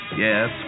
Yes